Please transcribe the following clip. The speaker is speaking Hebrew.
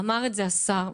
ואמר את זה השר,